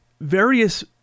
various